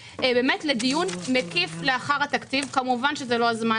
לדיון מקיף לאחר התקציב כמו שזה לא הזמן